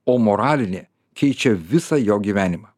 o moralinė keičia visą jo gyvenimą